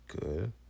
good